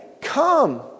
come